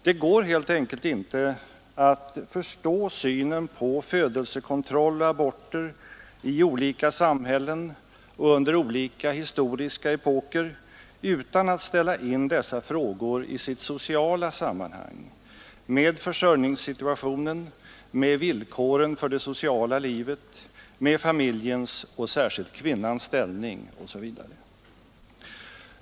Det går helt enkelt inte att förstå synen på födelsekontroll och aborter i olika samhällen och under olika historiska epoker utan att ställa in dessa frågor i deras sociala sammanhang, med försörjningssituationen, med villkoren för det sociala livet, med familjens och särskilt kvinnans ställning osv.